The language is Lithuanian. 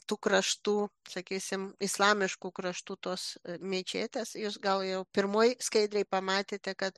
tų kraštų sakysim islamiškų kraštų tos mečetės jūs gal jau pirmoj skaidrėje pamatėte kad